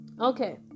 Okay